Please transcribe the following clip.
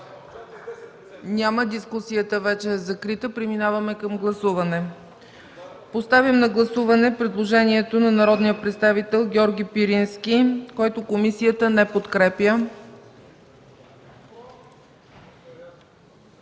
Няма. Дискусията е закрита. Преминаваме към гласуване. Поставям на гласуване предложението на народния представител Георги Пирински, което комисията не подкрепя.